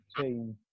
team